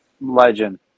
legend